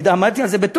אני עמדתי על זה בתוקף,